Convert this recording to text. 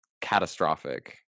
catastrophic